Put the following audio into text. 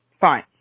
fine